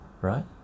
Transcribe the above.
right